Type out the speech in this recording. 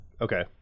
Okay